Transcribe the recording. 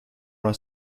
una